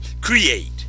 create